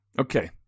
Okay